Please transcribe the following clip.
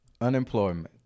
Unemployment